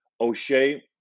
O'Shea